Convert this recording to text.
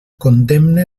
condemne